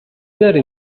داری